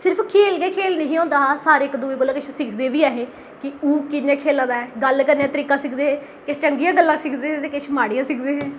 सिर्फ खेल गै खेल नेई होंदा हा सारे इक दुए कशां किश सिखदे बी ऐ हे कि ओह् कि'यां खेला दा ऐ गल्ल करने दा तरीका सिखदे बी ऐ हे किश चंगियां गल्लां सिखदे हे ते किश माड़ियां गल्लां सिखदे हे